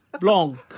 Blanc